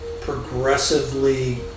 progressively